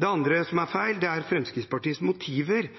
Det andre som er feil, er Fremskrittspartiets motiver.